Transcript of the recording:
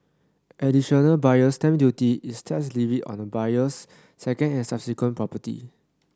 additional Buyer's Stamp Duty is tax levied on a buyer's second and subsequent property